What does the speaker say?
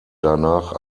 danach